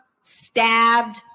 stabbed